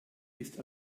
ist